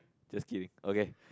just kidding okay